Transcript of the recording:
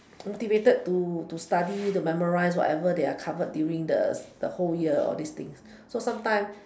motivated to to study to memorise whatever they are covered during the the whole year of this thing so sometime